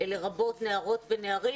לרבות נערות ונערים,